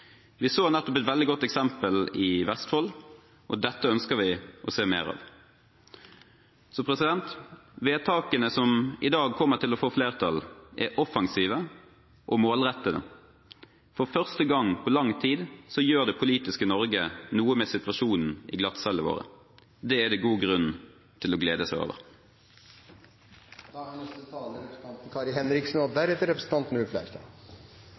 Vi så nettopp et veldig godt eksempel i Vestfold, og dette ønsker vi å se mer av. Vedtakene som i dag kommer til å få flertall, er offensive og målrettede. For første gang på lang tid gjør det politiske Norge noe med situasjonen når det gjelder glattcellene våre. Det er det god grunn til å glede seg